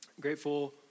Grateful